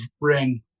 ring